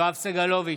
יואב סגלוביץ'